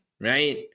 right